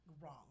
Wrong